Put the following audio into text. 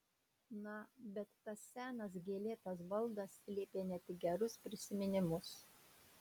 na bet tas senas gėlėtas baldas slėpė ne tik gerus prisiminimus